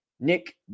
Nick